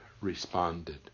responded